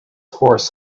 horse